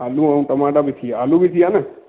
आलू ऐं टमाटा बि थी विया आलू बि थी विया न